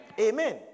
Amen